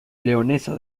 leonesa